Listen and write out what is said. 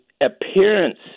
appearance